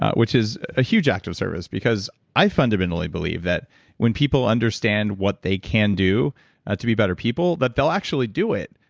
which is a huge act of service, because i fundamentally believe that when people understand what they can do to be better people that they'll actually do it,